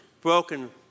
broken